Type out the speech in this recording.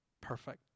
perfect